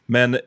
Men